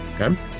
okay